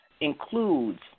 includes